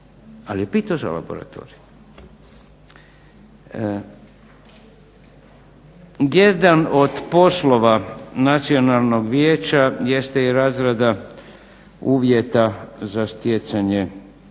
Ali je pitao za laboratorij. Jedan od poslova Nacionalnog vijeća jeste i razrada uvjeta za stjecanje novih